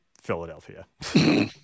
Philadelphia